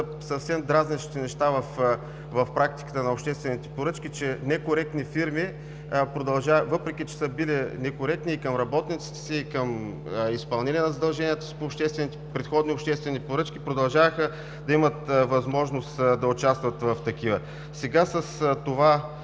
съвсем дразнещите неща в практиката на обществените поръчки, че некоректни фирми, въпреки че са били некоректни и към работниците си, и към изпълнение на задълженията си по предходни обществени поръчки, продължаваха да имат възможност да участват в такива. Сега с това